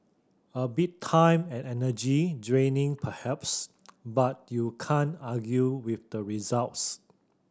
a bit time and energy draining perhaps but you can't argue with the results